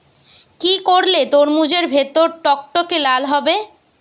কি করলে তরমুজ এর ভেতর টকটকে লাল হবে?